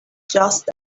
just